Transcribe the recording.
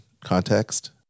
context